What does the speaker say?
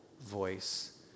voice